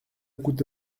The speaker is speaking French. coûte